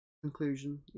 conclusion